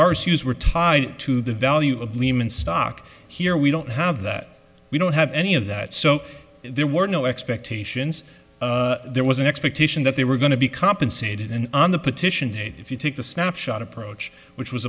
our shoes were tied to the value of lehman stock here we don't have that we don't have any of that so there were no expectations there was an expectation that they were going to be compensated and on the petition if you take the snapshot approach which was